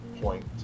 point